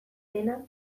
dena